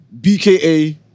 BKA